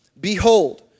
Behold